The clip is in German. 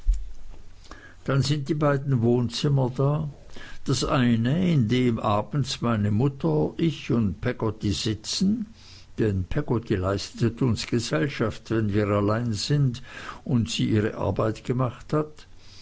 dann sind die beiden wohnzimmer da das eine in dem abends meine mutter ich und peggotty sitzen denn peggotty leistet uns gesellschaft wenn wir allein sind und sie ihre arbeit gemacht hat